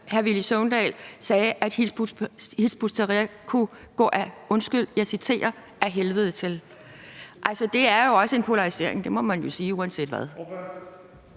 hr. Villy Søvndal sagde, at Hizb ut-Tahrir kunne, undskyld, men jeg citerer: gå ad helvede til. Altså, det var jo også en polarisering. Det må man jo sige uanset hvad.